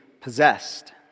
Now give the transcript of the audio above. possessed